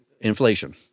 inflation